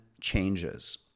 changes